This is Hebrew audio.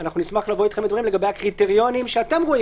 נשמח לבוא אתכם בדברים לגבי הקריטריונים שאתם רואים